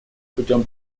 путем